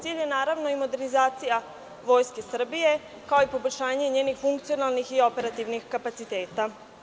Cilj je naravno i modernizacija Vojske Srbije, kao i poboljšanje njenih funkcionalnih i operativnih kapaciteta.